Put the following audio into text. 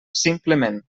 simplement